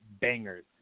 bangers